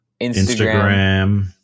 Instagram